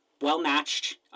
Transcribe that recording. well-matched